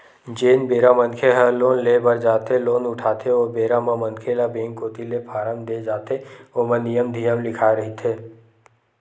जेन बेरा मनखे ह लोन ले बर जाथे लोन उठाथे ओ बेरा म मनखे ल बेंक कोती ले फारम देय जाथे ओमा नियम धियम लिखाए रहिथे